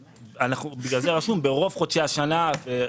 בגלל זה כתוב "ברוב חודשי השנה".